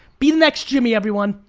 be the next jimmy, everyone.